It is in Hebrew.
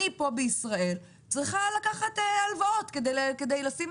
אני כאן בישראל צריכה לקחת הלוואות כדי לשים